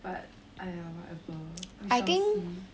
but !aiya! whatever we shall see